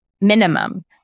minimum